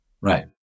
right